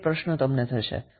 તે પ્રશ્ન તમને થશે